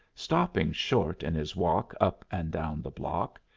stopping short in his walk up and down the block.